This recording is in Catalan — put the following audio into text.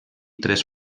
tres